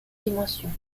dimensions